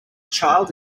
child